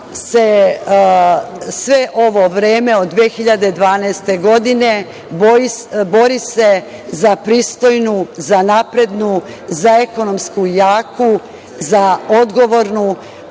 sve ovo vreme od 2012. godine se bori za pristojnu, naprednu, ekonomski jaku, odgovornu